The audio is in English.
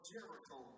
Jericho